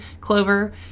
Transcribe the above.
Clover